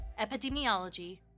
Epidemiology